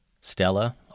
Stella